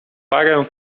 parę